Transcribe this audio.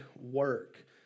work